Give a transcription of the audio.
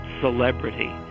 celebrity